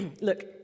look